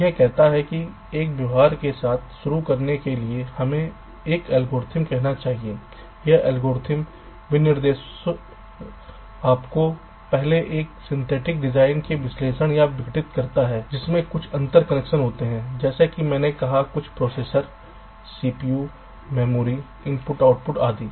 यह कहता है कि एक व्यवहार के साथ शुरू करने के लिए हमें एक एल्गोरिथ्म कहना चाहिए यह एल्गोरिथ्म विनिर्देश आपको पहले एक सिंथेटिक डिज़ाइन में संश्लेषण या विघटित करता है जिसमें कुछ अंतर कनेक्शन होते हैं जैसा कि मैंने कहा कि कुछ processor CPU memory I O आदि